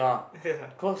ya